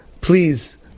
Please